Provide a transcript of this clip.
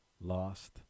lost